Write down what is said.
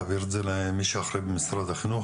תעביר את זה למי שאחראי במשרד החינוך,